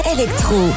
Electro